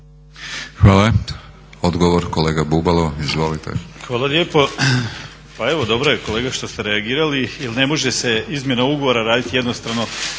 Hvala. Odgovor kolega Bubalo, izvolite. **Bubalo, Krešimir (HDSSB)** Hvala lijepo. Pa evo dobro je kolega što ste reagirali jer ne može se izmjena ugovora raditi jednostrano